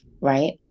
Right